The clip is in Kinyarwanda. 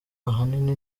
ahanini